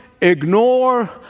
ignore